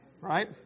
right